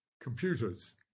computers